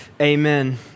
Amen